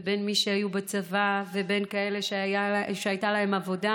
בין מי שהיו בצבא ובין כאלה שהייתה להם עבודה,